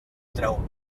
treu